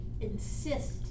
insist